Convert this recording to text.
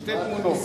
שתי תמונות,